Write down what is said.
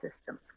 systems